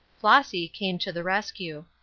flossy came to the rescue.